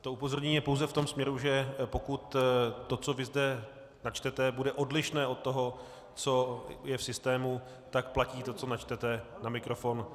To upozornění je pouze v tom směru, že pokud to, co zde načtete, bude odlišné od toho, co je v systému, tak platí to, co načtete na mikrofon.